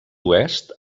oest